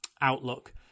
outlook